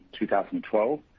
2012